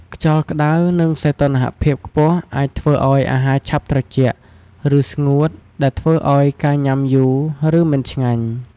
ខ្យល់ក្តៅ និងសីតុណ្ហភាពខ្ពស់អាចធ្វើឱ្យអាហារឆាប់ត្រជាក់ ឬស្ងួត ដែលធ្វើឱ្យការញ៉ាំយូរ ឬមិនឆ្ងាញ់។